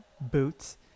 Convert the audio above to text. boots